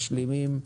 משלימים,